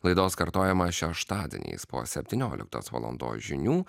laidos kartojimą šeštadieniais po septynioliktos valandos žinių